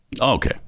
Okay